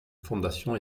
fondation